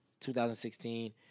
2016